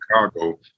Chicago